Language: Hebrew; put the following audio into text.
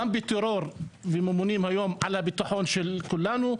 גם בטרור, וממונים היום על הביטחון של כולנו.